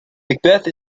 macbeth